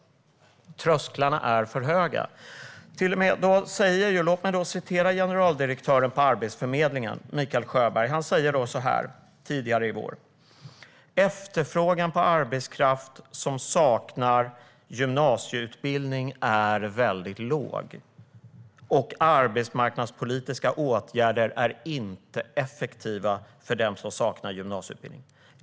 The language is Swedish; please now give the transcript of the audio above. Trösklarna är för höga. Låt mig citera generaldirektören på Arbetsförmedlingen, Mikael Sjöberg. Han sa så här tidigare i år: Efterfrågan på arbetskraft som saknar gymnasieutbildning är väldigt låg. Och arbetsmarknadspolitiska åtgärder är inte effektiva för dem som saknar gymnasieutbildning.